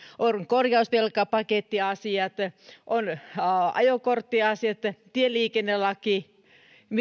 on korjausvelkapakettiasiat on ajokorttiasiat tieliikennelaki